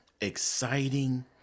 exciting